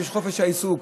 חופש העיסוק.